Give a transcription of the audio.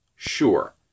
sure